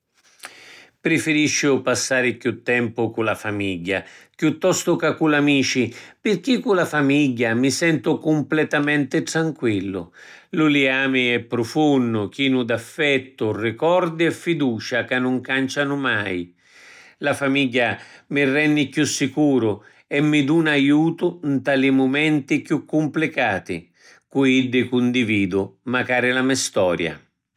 Prifirissi passari chiù tempu cu la famigghia chiuttostu ca cu l’amici pirchì cu la famigghia mi sentu cumpletamenti tranquillu. Lu lijami è prufunnu, chinu d’affettu, ricordi e fiducia ca nun cancianu mai. La famigghia mi renni chiù sicuru e mi duna aiutu nta li mumenti chiù cumplicati. Cu iddi cundividu macari la me storia.